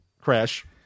crash